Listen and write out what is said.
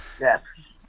Yes